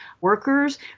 workers